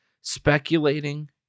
speculating